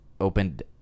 opened